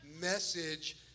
message